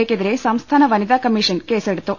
എക്കെതിരെ സംസ്ഥാന വനിതാ കമ്മീഷൻ കേസെ ടുത്തു